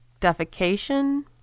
defecation